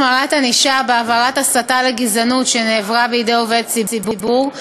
החמרת ענישה בעבירת הסתה לגזענות שנעברה בידי עובד ציבור),